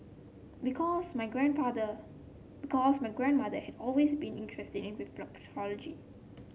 because my grandfather because my grandmother had always been interested in reflexology